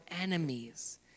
enemies